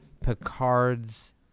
Picard's